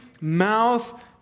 mouth